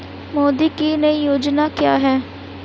मोदी की नई योजना क्या है?